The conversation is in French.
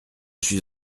suis